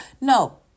No